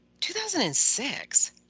2006